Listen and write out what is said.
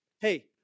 hey